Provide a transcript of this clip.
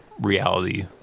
reality